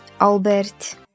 albert